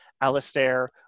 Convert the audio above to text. Alistair